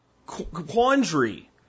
Quandary